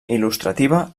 il·lustrativa